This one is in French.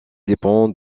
dépend